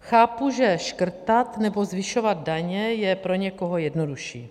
Chápu, že škrtat nebo zvyšovat daně je pro někoho jednodušší.